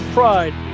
Pride